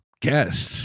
guests